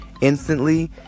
instantly